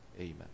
Amen